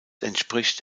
entspricht